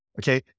okay